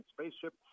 spaceship